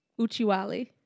Uchiwali